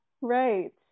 right